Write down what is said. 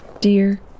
dear